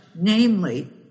namely